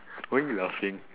why are you laughing